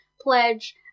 pledge